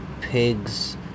pigs